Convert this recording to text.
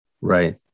Right